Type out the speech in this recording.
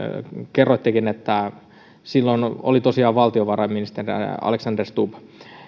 kerroittekin että silloin oli tosiaan valtiovarainministerinä alexander stubb